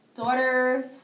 daughter's